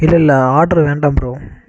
இல்லை இல்லை ஆர்டரு வேண்டாம் ப்ரோ